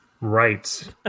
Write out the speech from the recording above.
right